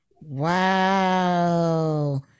Wow